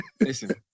Listen